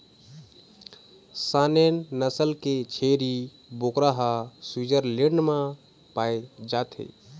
Saanen नसल के छेरी बोकरा ह स्वीटजरलैंड म पाए जाथे